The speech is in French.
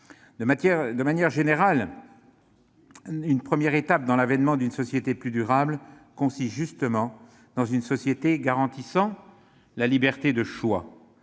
De manière générale, une première étape dans l'avènement d'une société plus durable consiste justement dans la garantie de la liberté de choix,